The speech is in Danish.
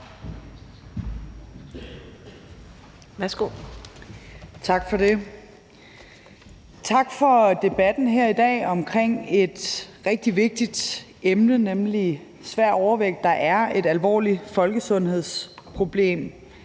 Tak for det. Tak for debatten her i dag om et rigtig vigtigt emne, nemlig svær overvægt, der er et alvorligt folkesundhedsproblem